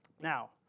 Now